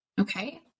okay